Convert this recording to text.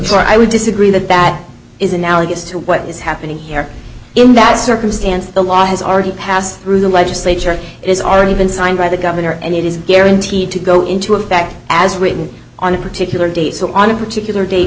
first i would disagree that that is analogous to what is happening here in that circumstance the law has already passed through the legislature has already been signed by the governor and it is guaranteed to go into effect as written on a particular date so on a particular da